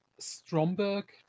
Stromberg